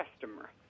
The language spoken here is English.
customer